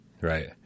right